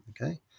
Okay